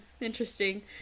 interesting